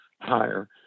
higher